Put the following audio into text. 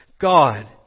God